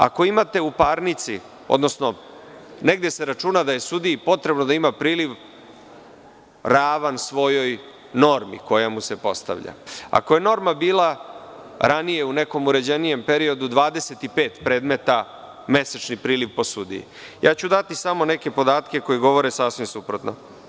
Ako imate u parnici, odnosno negde se računa da je sudiji potrebno da ima priliv ravan svojoj normi koja mu se postavlja, ako je norma bila ranije u nekom uređenijem periodu 25 predmeta mesečni priliv po sudiji, ja ću dati samo neke podatke koji govore sasvim suprotno.